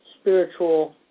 spiritual